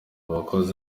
bakozi